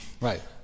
Right